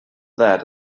that